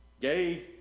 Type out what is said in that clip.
gay